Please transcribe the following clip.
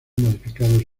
modificados